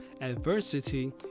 Adversity